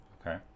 Okay